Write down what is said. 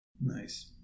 nice